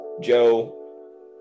Joe